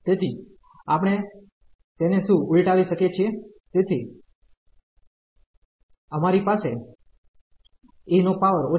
તેથી આપણે તેને શું ઉલટાવી શકીએ છીએ તેથી અમારી પાસે છે